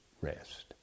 rest